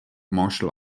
martial